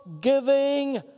giving